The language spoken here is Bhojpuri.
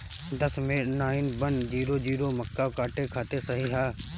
दशमेश नाइन वन जीरो जीरो मक्का काटे खातिर सही ह?